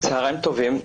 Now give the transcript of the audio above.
צוהריים טובים.